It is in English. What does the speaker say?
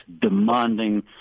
demanding